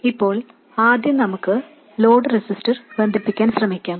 ഇപ്പോൾ ആദ്യം നമുക്ക് ലോഡ് റെസിസ്റ്റർ ബന്ധിപ്പിക്കാൻ ശ്രമിക്കാം